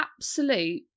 absolute